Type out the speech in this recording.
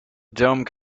dome